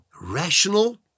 rational